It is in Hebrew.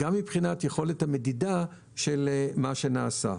מבחינת יכולת המדידה של מה שנעשה.